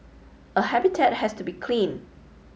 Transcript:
a habitat has to be clean